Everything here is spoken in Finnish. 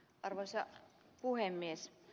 arvoisa puhemies